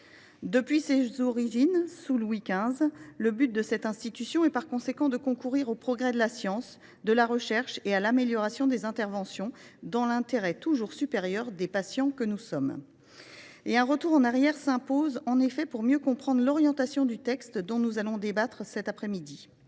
Depuis ses origines, sous Louis XV, le but de cette institution est, par conséquent, de concourir au progrès de la science, de la recherche et à l’amélioration des interventions, dans l’intérêt toujours supérieur des patients que nous sommes. Un détour par le passé s’impose, en effet, si l’on veut mieux comprendre l’orientation du texte dont nous débattons cet après midi.